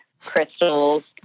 crystals